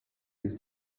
his